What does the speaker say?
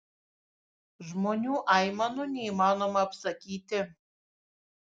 žmonių aimanų neįmanoma apsakyti